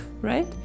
right